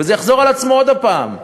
וזה יחזור על עצמו עוד הפעם.